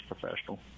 professional